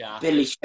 Billy